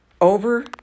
Over